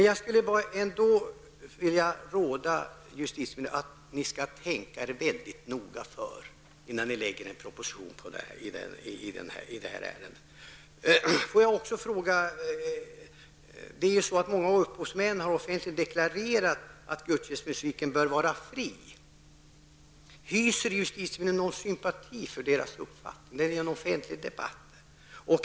Jag skulle ändå vilja råda justitieministern att tänka sig mycket noga för, innan det läggs fram en proposition i det här ärendet. Många upphovsmän har offentligt deklarerat att gudstjänstmusiken bör vara fri. Hyser justitieministern någon sympati för deras uppfattning? Det är ju en offentlig debatt.